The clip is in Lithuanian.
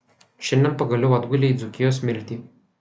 šiandien pagaliau atgulei į dzūkijos smiltį